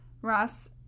Ross